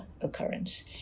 occurrence